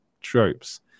tropes